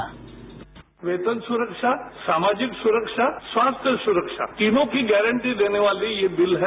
sound bite वेतन सुरक्षा सामाजिक सुरक्षा स्वास्थ्य सुरक्षा तीनों की गारंटी देने वाली यह बिल है